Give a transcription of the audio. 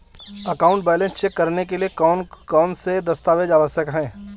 Account balance check करने के लिए कौनसे दस्तावेज़ आवश्यक हैं?